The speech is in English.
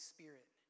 Spirit